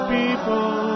people